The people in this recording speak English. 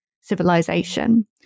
civilization